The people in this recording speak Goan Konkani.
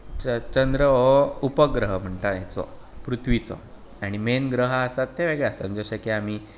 चंद्र हो उपग्रह म्हणटा हेचो पृथ्वीचो आनी मेन ग्रह आसात ते वेगळे आसात जशें की आमी